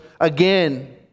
again